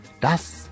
Das